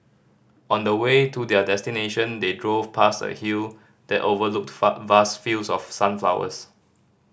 on the way to their destination they drove past a hill that overlooked vast fields of sunflowers